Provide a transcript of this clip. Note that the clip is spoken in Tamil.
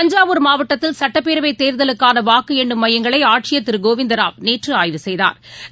தஞ்சாவூர் மாவட்டத்தில் சட்டப்பேரவைத் தேர்தலுக்கானவாக்குஎண்ணும் மையங்களைஆட்சியர் திருகோவிந்தராவ் நேற்றுஆய்வு செய்தாா்